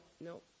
no